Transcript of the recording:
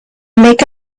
make